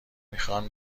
میخوان